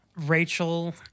Rachel